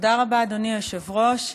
תודה רבה, אדוני היושב-ראש.